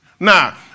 Now